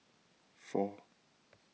four